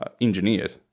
engineered